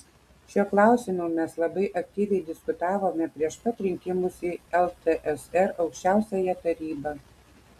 šiuo klausimu mes labai aktyviai diskutavome prieš pat rinkimus į ltsr aukščiausiąją tarybą